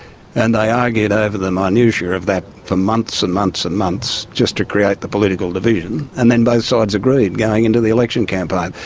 and they argued over the minutiae of that for months and months and months just to create the political division, and then both sides agreed going into the election campaign.